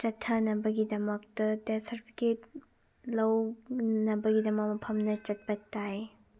ꯆꯠꯊꯅꯕꯒꯤꯗꯃꯛꯇ death certificate ꯂꯧꯅꯕꯒꯤꯗꯃꯛ ꯃꯐꯝꯗ ꯆꯠꯄ ꯇꯥꯏ